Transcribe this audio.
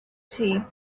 tea